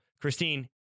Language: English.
Christine